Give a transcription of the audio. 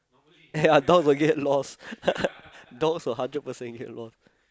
ya dogs will get lost dogs will hundred percent get lost